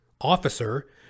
officer